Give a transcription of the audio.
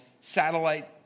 satellite